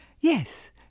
yes